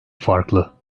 farklı